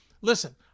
listen